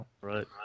Right